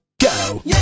GO